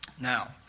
Now